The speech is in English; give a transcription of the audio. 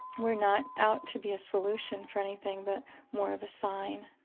we're not out to be a solution for anything, but more of a sign.